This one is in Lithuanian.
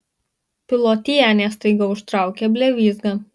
pilotienė staiga užtraukia blevyzgą